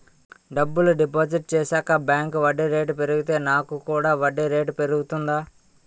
డబ్బులు డిపాజిట్ చేశాక బ్యాంక్ వడ్డీ రేటు పెరిగితే నాకు కూడా వడ్డీ రేటు పెరుగుతుందా?